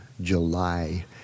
July